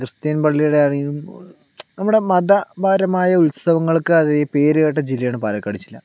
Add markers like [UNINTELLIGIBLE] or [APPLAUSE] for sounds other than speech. Christian പള്ളിയുടെ ആണേലും നമ്മുടെ മതപരമായ ഉത്സവങ്ങൾക്ക് [UNINTELLIGIBLE] പേര് കേട്ട ജില്ലയാണ് പാലക്കാട് ജില്ല